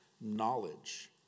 knowledge